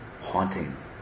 haunting